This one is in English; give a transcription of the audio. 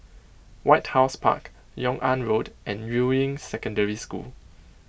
White House Park Yung An Road and Yuying Secondary School